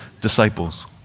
disciples